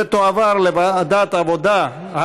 התשע"ח 2018, לוועדת העבודה,